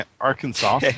Arkansas